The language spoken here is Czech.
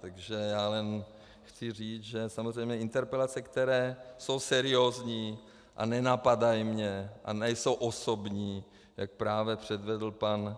Takže já jen chci říct, že samozřejmě interpelace, které jsou seriózní a nenapadají mě a nejsou osobní, jak právě předvedl pan